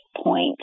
point